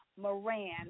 Moran